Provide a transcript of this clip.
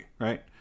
right